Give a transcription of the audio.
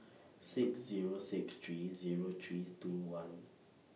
six Zero six three Zero three two one